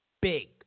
Big